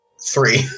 Three